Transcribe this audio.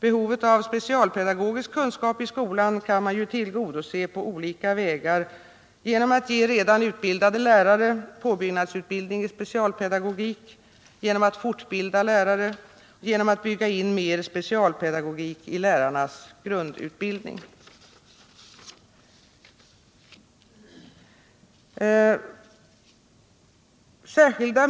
Behovet av specialpedagogisk kunskap i skolan kan man tillgodose på olika vägar: genom att ge redan utbildade lärare påbyggnadsutbildning i specialpedagogik, genom att fortbilda lärare och genom att bygga in mer specialpedagogik i lärarnas grundutbildning.